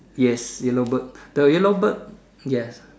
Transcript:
yes yellow bird the yellow bird yes